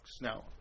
Now